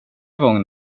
gång